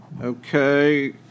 Okay